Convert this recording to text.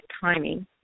timing